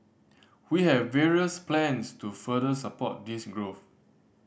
we have various plans to further support this growth